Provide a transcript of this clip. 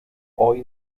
hoy